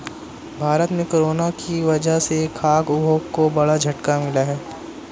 भारत में कोरोना की वजह से खाघ उद्योग को बड़ा झटका मिला है